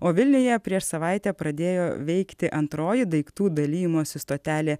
o vilniuje prieš savaitę pradėjo veikti antroji daiktų dalijimosi stotelė